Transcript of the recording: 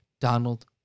Donald